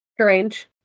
strange